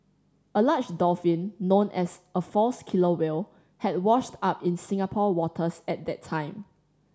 a large dolphin known as a false killer whale had washed up in Singapore waters at that time